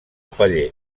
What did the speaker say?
paller